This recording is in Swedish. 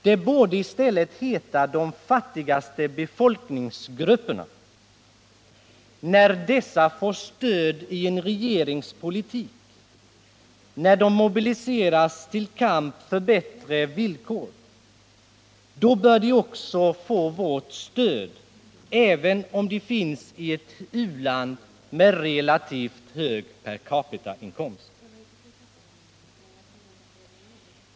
Det borde i stället heta de fattigaste befolkningsgrupperna. När dessa får stöd i en regerings politik, när de mobiliseras till kamp för bättre villkor, då bör de också få vårt stöd även om de finns i ett u-land med hög per capitainkomst.